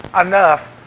enough